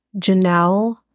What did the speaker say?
Janelle